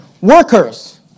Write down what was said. workers